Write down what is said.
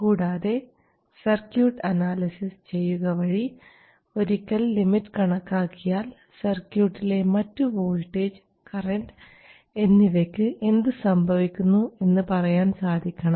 കൂടാതെ circuit analysis ചെയ്യുക വഴി ഒരിക്കൽ ലിമിറ്റ് കണക്കാക്കിയാൽ സർക്യൂട്ടിലെ മറ്റ് വോൾട്ടേജ് കറൻറ് എന്നിവയ്ക്ക് എന്ത് സംഭവിക്കുന്നു എന്ന് പറയാൻ സാധിക്കണം